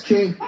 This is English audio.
King